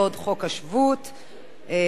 של חבר הכנסת אריה אלדד.